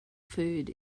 food